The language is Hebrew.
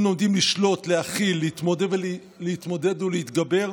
אם לומדים לשלוט, להכיל, להתמודד ולהתגבר,